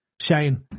Shane